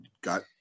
got